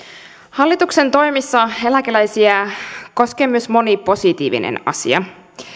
hallituksen toimissa eläkeläisiä koskee myös moni positiivinen asia